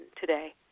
today